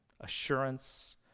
assurance